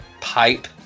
pipe